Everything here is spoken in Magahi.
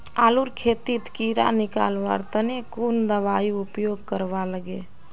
आलूर खेतीत कीड़ा निकलवार तने कुन दबाई उपयोग करवा लगे?